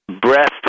breath